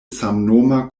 samnoma